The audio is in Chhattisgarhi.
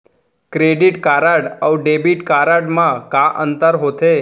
क्रेडिट कारड अऊ डेबिट कारड मा का अंतर होथे?